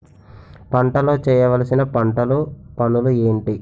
పంటలో చేయవలసిన పంటలు పనులు ఏంటి?